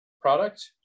product